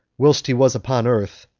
whilst he was upon earth,